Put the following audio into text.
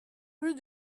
rue